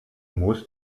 musst